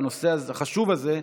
בנושא החשוב הזה,